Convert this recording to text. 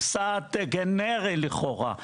הוא סעד גנרי כאורה.